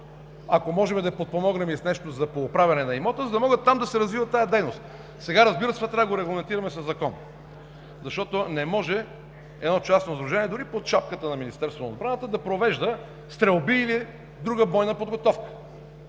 Ако можем да подпомогнем и с нещо за пооправянето на имота, за да може да се развива там тази дейност? Разбира се, това сега трябва да го регламентираме със Закон, защото не може едно частно сдружение, дори под шапката на Министерството на отбраната, да провежда стрелби или друга бойна подготовка.